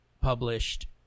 published